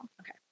Okay